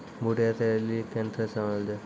बूटा तैयारी ली केन थ्रेसर आनलऽ जाए?